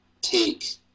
take